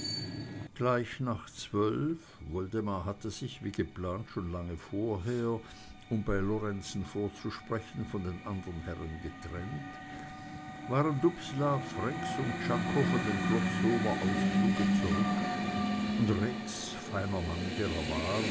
gleich nach zwölf woldemar hatte sich wie geplant schon lange vorher um bei lorenzen vorzusprechen von den andern herren getrennt waren dubslav rex und czako von dem globsower ausfluge zurück und rex feiner mann der er war